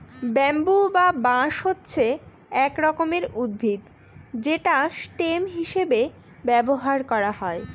bamboo বা বাঁশ হচ্ছে এক রকমের উদ্ভিদ যেটা স্টেম হিসেবে ব্যবহার করা হয়